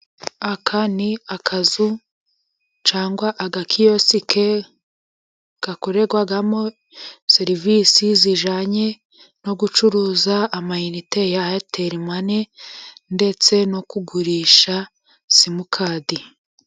Aka ni akazu cyangwa agakiyosike, gakorerwamo serivisi zijyanye no gucuruza amayinite ya eyateri mane, ndetse no kugurisha simukadi.